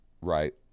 right